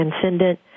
transcendent